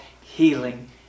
healing